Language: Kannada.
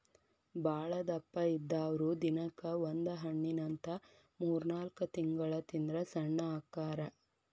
ಬಾಳದಪ್ಪ ಇದ್ದಾವ್ರು ದಿನಕ್ಕ ಒಂದ ಹಣ್ಣಿನಂತ ಮೂರ್ನಾಲ್ಕ ತಿಂಗಳ ತಿಂದ್ರ ಸಣ್ಣ ಅಕ್ಕಾರ